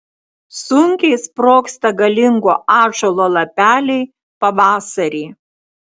sunkiai sprogsta galingo ąžuolo lapeliai pavasarį